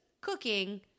cooking